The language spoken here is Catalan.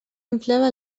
inflava